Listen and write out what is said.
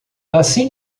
assim